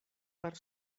per